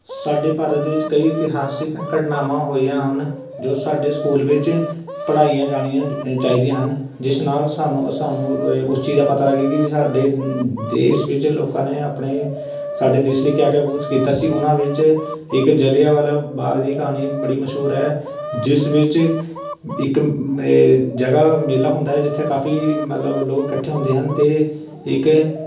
ਸਾਡੇ ਭਾਰਤ ਦੇ ਵਿੱਚ ਕਈ ਇਤਿਹਾਸਕ ਘਟਨਾਵਾਂ ਹੋਈਆਂ ਹਨ ਜੋ ਸਾਡੇ ਸਕੂਲ ਵਿੱਚ ਪੜ੍ਹਾਈਆਂ ਜਾਣੀਆਂ ਚਾਹੀਦੀਆਂ ਹਨ ਜਿਸ ਨਾਲ ਸਾਨੂੰ ਸਾਨੂੰ ਉਸ ਚੀਜ਼ ਦਾ ਪਤਾ ਲੱਗੇ ਕਿ ਸਾਡੇ ਦੇਸ਼ ਵਿੱਚ ਲੋਕਾਂ ਨੇ ਆਪਣੇ ਸਾਡੇ ਦੇਸ਼ ਲਈ ਕਿਆ ਕਿਆ ਕੁਛ ਕੀਤਾ ਸੀ ਉਹਨਾਂ ਵਿੱਚ ਇੱਕ ਜਲਿਆਂਵਾਲਾ ਬਾਗ ਦੀ ਕਹਾਣੀ ਬੜੀ ਮਸ਼ਹੂਰ ਹੈ ਜਿਸ ਵਿੱਚ ਇੱਕ ਮੇ ਜਗ੍ਹਾ ਮੇਲਾ ਹੁੰਦਾ ਹੈ ਜਿੱਥੇ ਕਾਫੀ ਮਤਲਬ ਲੋਕ ਇਕੱਠੇ ਹੁੰਦੇ ਹਨ ਅਤੇ ਇੱਕ